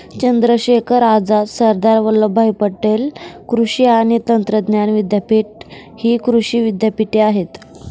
चंद्रशेखर आझाद, सरदार वल्लभभाई पटेल कृषी आणि तंत्रज्ञान विद्यापीठ हि कृषी विद्यापीठे आहेत